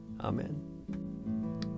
Amen